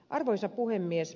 arvoisa puhemies